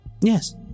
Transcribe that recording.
yes